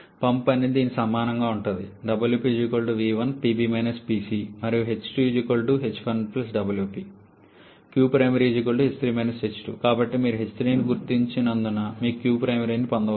pump పని దీనికి సమానంగా ఉంటుంది మరియు కాబట్టి మీకు h3ని గుర్తించినందున మీకు qprimary ని పొందవచ్చు